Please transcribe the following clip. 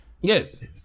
Yes